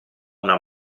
una